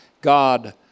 God